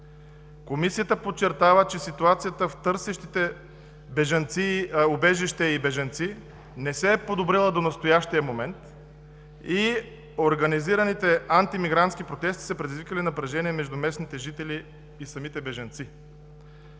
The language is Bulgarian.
Комисията подчертава, че ситуацията в търсещите убежище и бежанци не се е подобрила до настоящия момент и организираните антимигрантски протести са предизвикали напрежение между местните жители и бежанците.